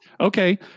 Okay